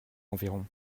environ